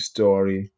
Story